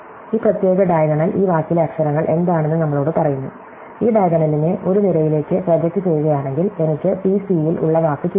ഈ പ്രത്യേക ഡയഗണൽ ഈ വാക്കിലെ അക്ഷരങ്ങൾ എന്താണെന്ന് നമ്മളോട് പറയുന്നു ഈ ഡയഗണലിനെ ഒരു നിരയിലേക്ക് പ്രൊജക്റ്റ് ചെയ്യുകയാണെങ്കിൽ എനിക്ക് cc യിൽ ഉള്ള വാക്ക് കിട്ടും